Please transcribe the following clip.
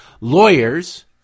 lawyers